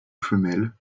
femelle